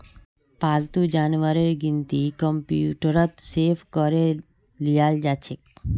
पालतू जानवरेर गिनती कंप्यूटरत सेभ करे लियाल जाछेक